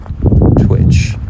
twitch